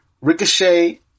Ricochet